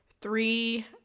three